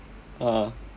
ah